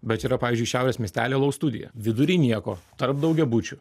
bet yra pavyzdžiui šiaurės miestelio alaus studija vidury nieko tarp daugiabučių